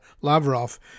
Lavrov